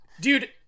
Dude